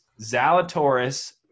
Zalatoris